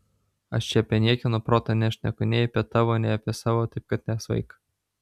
aš čia apie niekieno protą nešneku nei apie tavo nei apie savo taip kad nesvaik